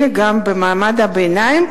אלא גם במעמד הביניים,